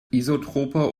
isotroper